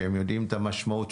שהם יודעים את המשמעות,